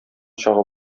чагы